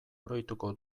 oroituko